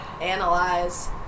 analyze